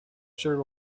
sure